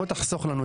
תחסוך לנו,